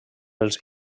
els